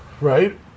Right